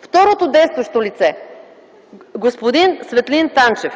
Второто действащо лице – господин Светлин Танчев.